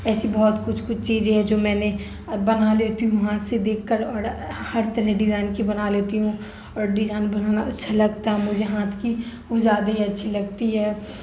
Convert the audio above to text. ایسی بہت کچھ کچھ چیزیں ہیں جو میں نے اب بنا لیتی ہوں ہاتھ سے دیکھ کر اور ہر طرح ڈیجائن کی بنا لیتی ہوں اور ڈیجائن بنانا اچھا لگتا ہے مجھے ہاتھ کی وہ زیادہ ہی اچھی لگتی ہے